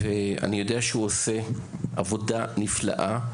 ואני יודע שהוא עושה עבודה נפלאה,